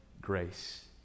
grace